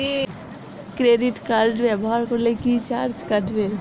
Credit card ব্যাবহার করলে কি চার্জ কাটবে?